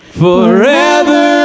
forever